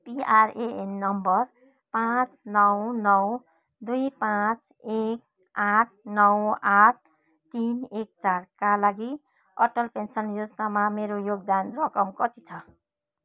PRAN number पाँच नौ नौ दुई पाँच एक आठ नौ आठ तिन एक चारका लागि अटल पेन्सन योजनामा मेरो योगदान रकम कति छ